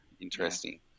interesting